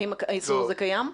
האם האיסור הזה קיים?